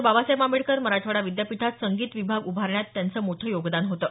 बाबासाहेब आंबेडकर मराठवाडा विद्यापीठात संगीत विभाग उभारण्यात त्यांचं मोठं योगदान होतं